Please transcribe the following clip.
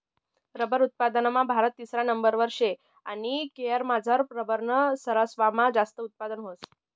rubber उत्पादनमा भारत तिसरा नंबरवर शे आणि केरयमझार रबरनं सरवासमा जास्त उत्पादन व्हस